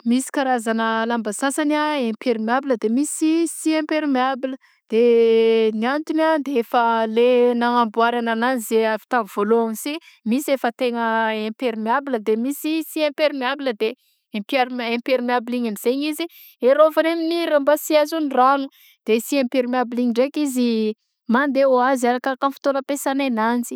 Misy karazana lamba sasany a impermeable de misy sy impermeable de ny antogny a le nagnamboarana azy avy tamy vaoloagny sy misy efa tegna impermeable de misy sy impermeable de imper- impermeable igny izy am'zegny izy hiarovany amy raha mba sy azon'ny rano de tsy impermeable igny ndraiky izy mandeha ho azy arakaraka ny fotoagna ampesana ananzy.